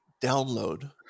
download